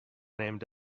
named